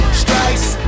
strikes